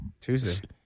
Tuesday